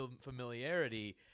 familiarity